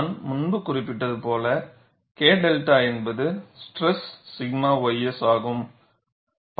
நான் முன்பு குறிப்பிட்டது போல K 𝛅 என்பது ஸ்ட்ரெஸ் 𝛔 ys